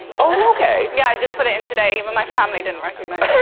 okay yeah, i just put it in today. but my family didn't recognize